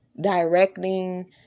directing